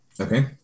Okay